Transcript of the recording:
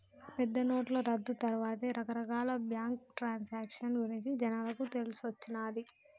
పెద్దనోట్ల రద్దు తర్వాతే రకరకాల బ్యేంకు ట్రాన్సాక్షన్ గురించి జనాలకు తెలిసొచ్చిన్నాది